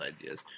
ideas